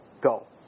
go